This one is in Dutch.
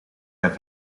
hij